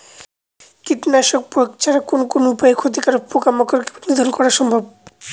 কীটনাশক প্রয়োগ ছাড়া কোন কোন উপায়ে ক্ষতিকর পোকামাকড় কে নিধন করা সম্ভব?